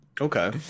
Okay